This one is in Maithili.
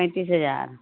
पैंतीस हजार